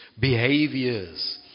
behaviors